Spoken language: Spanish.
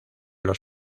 los